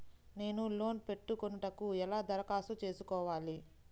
నేను లోన్ పెట్టుకొనుటకు ఎలా దరఖాస్తు చేసుకోవాలి?